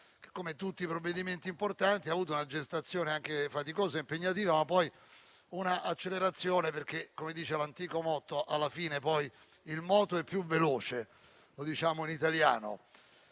come tutti i provvedimenti importanti - ha avuto una gestazione faticosa e impegnativa, ma poi un'accelerazione perché - come dice l'antico motto - «alla fine il moto è più veloce», detto in italiano.